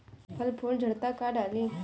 फल फूल झड़ता का डाली?